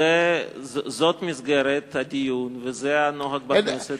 זאת מסגרת הדיון וזה הנוהג בכנסת,